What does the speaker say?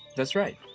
that's right.